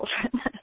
children